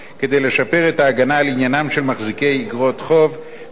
כדי לשפר את ההגנה על עניינם של מחזיקי איגרות חוב בעת